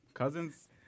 Cousins